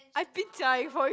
I've for you